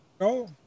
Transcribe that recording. No